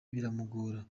biramugora